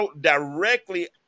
directly